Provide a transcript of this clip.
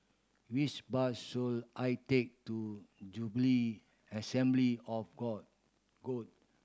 which bus should I take to Jubilee Assembly of God